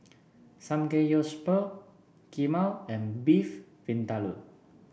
Samgeyopsal Kheema and Beef Vindaloo